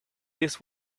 this